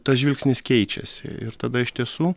tas žvilgsnis keičiasi ir tada iš tiesų